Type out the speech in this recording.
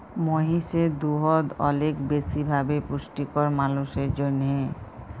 মহিষের দুহুদ অলেক বেশি ভাবে পুষ্টিকর মালুসের জ্যনহে